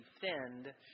defend